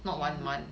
dude